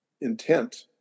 intent